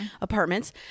apartments